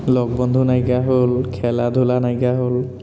লগ বন্ধু নাইকিয়া হ'ল খেলা ধূলা নাইকিয়া হ'ল